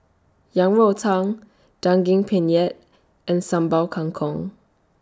Yang Rou Tang Daging Penyet and Sambal Kangkong